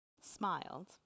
smiled